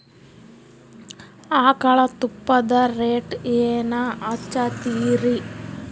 ಆಕಳ ತುಪ್ಪದ ರೇಟ್ ಏನ ಹಚ್ಚತೀರಿ?